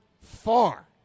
far